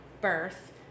birth